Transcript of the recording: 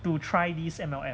to try this M_L_M